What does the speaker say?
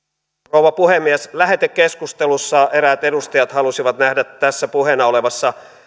rouva puhemies lähetekeskustelussa eräät edustajat halusivat nähdä tässä puheena olevassa